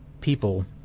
people